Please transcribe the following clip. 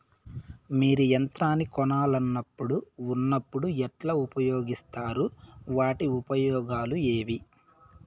మీరు యంత్రాన్ని కొనాలన్నప్పుడు ఉన్నప్పుడు ఎట్లా ఉపయోగిస్తారు వాటి ఉపయోగాలు ఏవి?